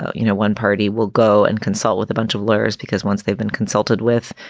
ah you know, one party will go and consult with a bunch of lawyers, because once they've been consulted with,